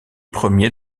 premiers